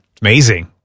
Amazing